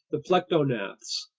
the plectognaths,